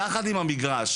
יחד עם המגרש.